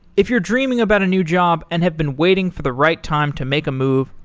if you're dreaming about a new job and have been waiting for the right time to make a move,